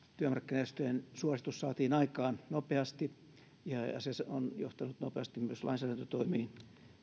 tällainen työmarkkinajärjestöjen suositus saatiin aikaan nopeasti ja se on johtanut nopeasti myös lainsäädäntötoimiin